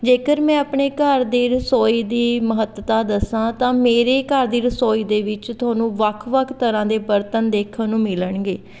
ਜੇਕਰ ਮੈਂ ਆਪਣੇ ਘਰ ਦੀ ਰਸੋਈ ਦੀ ਮਹੱਤਤਾ ਦੱਸਾਂ ਤਾਂ ਮੇਰੇ ਘਰ ਦੀ ਰਸੋਈ ਦੇ ਵਿੱਚ ਤੁਹਾਨੂੰ ਵੱਖ ਵੱਖ ਤਰ੍ਹਾਂ ਦੇ ਬਰਤਨ ਦੇਖਣ ਨੂੰ ਮਿਲਣਗੇ